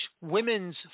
women's